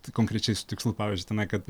tai konkrečiai su tikslu pavyzdžiui tenai kad